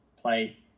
play